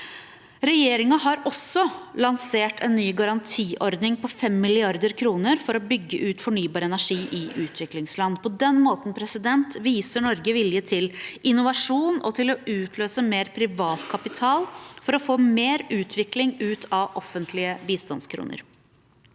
Regjeringen har også lansert en ny garantiordning på 5 mrd. kr for å bygge ut fornybar energi i utviklingsland. På den måten viser Norge vilje til innovasjon og til å utløse mer privat kapital for å få mer utvikling ut av offentlige bistandskroner.